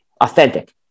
authentic